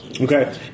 Okay